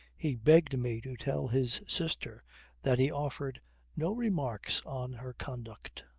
he begged me to tell his sister that he offered no remarks on her conduct.